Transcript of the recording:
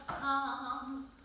come